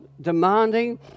demanding